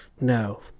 no